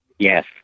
Yes